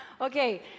Okay